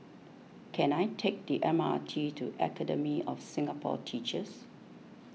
can I take the M R T to Academy of Singapore Teachers